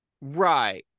Right